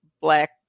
black